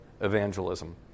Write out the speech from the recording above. evangelism